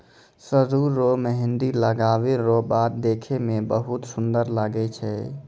सरु रो मेंहदी लगबै रो बाद देखै मे बहुत सुन्दर लागै छै